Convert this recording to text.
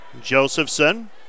Josephson